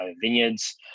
vineyards